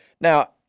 now